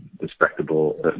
respectable